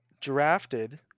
drafted